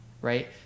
right